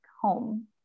home